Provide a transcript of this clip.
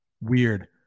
weird